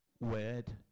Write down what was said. word